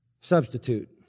Substitute